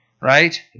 right